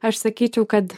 aš sakyčiau kad